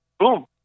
boom